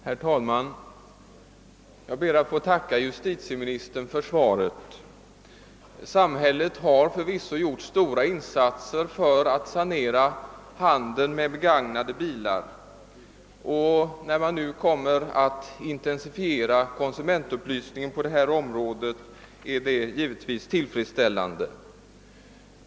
Herr talman! Jag ber att få tacka justitieministern för svaret på min fråga. Samhället har förvisso gjort stora insatser för att sanera handeln med begagnade bilar, och det är givetvis ett tillfredsställande förhållande inför den intensifiering av konsumentupplysningen på detta område som ju skall ske.